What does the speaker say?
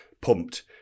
pumped